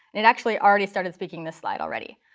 and it actually already started speaking this slide already.